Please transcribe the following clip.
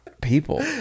people